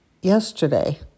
yesterday